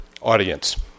audience